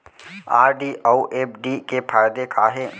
RD अऊ FD के फायेदा का हे?